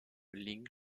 ling